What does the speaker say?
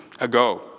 ago